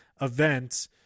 event